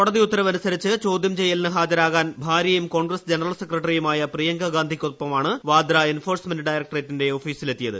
കോടതി ഉത്തരവ് അനുസരിച്ച് ചോദ്യം ചെയ്യലിന് ഹാജരാകാൻ ഭാര്യയും കോൺഗ്രസ് ജനറൽ സെക്രട്ടറിയുമായ പ്രിയങ്ക ഗാന്ധിയ്ക്കൊപ്പമാണ് എൻഫോഴ്സ്മെന്റ് ഡയറക്ട്രേറ്റിന്റെ വാദ്ര ഓഫീസിലെത്തിയത്